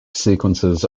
sequences